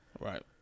Right